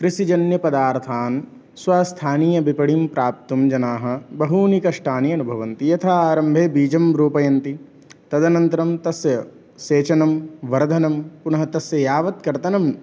कृषिजन्यपदार्थान् स्वस्थानीयविपणिं प्राप्तुं जनाः बहूनि कष्टानि अनुभवन्ति यथा आरम्भे बीजं रोपयन्ति तदनन्तरं तस्य सेचनं वर्धनं पुनः तस्य यावत् कर्तनं